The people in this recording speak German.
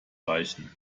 reichen